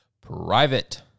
private